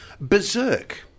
berserk